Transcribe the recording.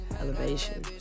Elevation